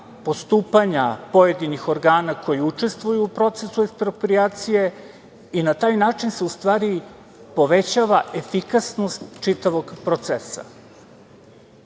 postupanja pojedinih organa koji učestvuju u procesu eksproprijacije i na taj način se, u stvari, povećava efikasnost čitavog